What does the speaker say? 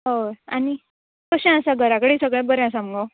हय आनी कशें आसा घरा कडेन सगळें बरें आसा मुगो